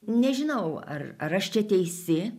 nežinau ar ar aš čia teisi